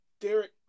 Derek